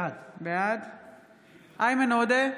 בעד איימן עודה,